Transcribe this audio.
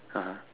(uh huh)